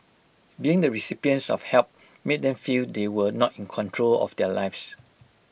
being the recipients of help made them feel they were not in control of their lives